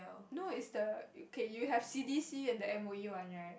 no is the okay you have C_D_C and M_O_E one right